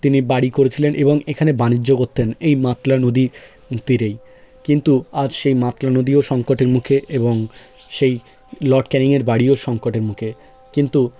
তিনি বাড়ি করেছিলেন এবং এখানে বাণিজ্য করতেন এই মাতলা নদী তীরেই কিন্তু আজ সেই মাতলা নদীও সংকটের মুখে এবং সেই লর্ড ক্যানিংয়ের বাড়িও সংকটের মুখে কিন্তু